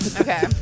Okay